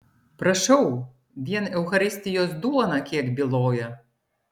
prašau vien eucharistijos duona kiek byloja